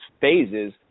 phases